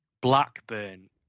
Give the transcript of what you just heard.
Blackburn